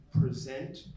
present